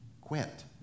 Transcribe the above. quit